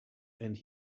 and